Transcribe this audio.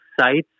sites